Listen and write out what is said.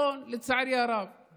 נכון, לצערי הרב.